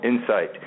Insight